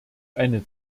eine